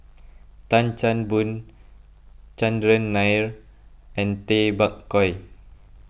Tan Chan Boon Chandran Nair and Tay Bak Koi